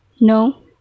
No